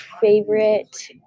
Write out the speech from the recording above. favorite